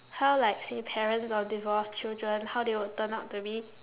how like say parents of divorced children how they would turn out to be